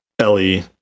ellie